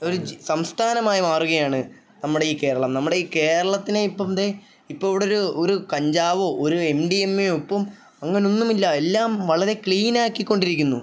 ഒരു സംസ്ഥാനമായി മാറുകയാണ് നമ്മുടെ ഈ കേരളം നമ്മുടെ ഈ കേരളത്തിനെ ഇപ്പം ദേ ഇപ്പം ഇവിടെയൊരു ഒരു കഞ്ചാവോ ഒരു എം ഡി എമ്മെയോ ഇപ്പം അങ്ങനെയൊന്നുമില്ല എല്ലാം വളരെ ക്ലീനാക്കിക്കൊണ്ടിരിക്കുന്നു